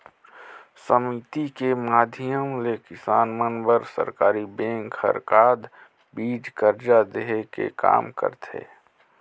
समिति के माधियम ले किसान मन बर सरकरी बेंक हर खाद, बीज, करजा देहे के काम करथे